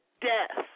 death